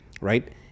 right